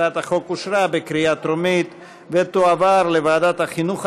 הצעת החוק התקבלה בקריאה טרומית ותועבר לוועדת החינוך,